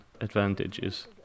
advantages